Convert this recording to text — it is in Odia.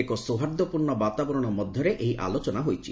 ଏକ ସୌହାର୍ଦ୍ଦପୂର୍ଣ୍ଣ ବାତାବରଣ ମଧ୍ୟରେ ଏହି ଆଲୋଚନା ହୋଇଛି